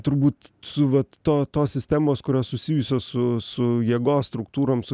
turbūt su vat to tos sistemos kurios susijusios su su jėgos struktūrom su